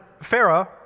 Pharaoh